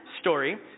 story